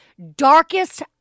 Darkest